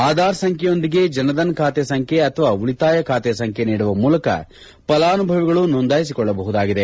ಆಧಾರ್ ಸಂಬ್ದೆಯೊಂದಿಗೆ ಜನಧನ್ ಖಾತೆ ಸಂಬ್ದೆ ಅಥವಾ ಉಳಿತಾಯ ಖಾತೆ ಸಂಬ್ದೆ ನೀಡುವ ಮೂಲಕ ಫಲಾನುಭವಿಗಳು ನೋಂದಾಯಿಸಿಕೊಳ್ಳಬಹುದಾಗಿದೆ